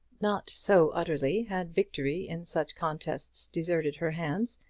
not so utterly had victory in such contests deserted her hands,